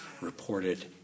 reported